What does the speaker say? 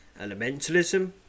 elementalism